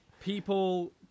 People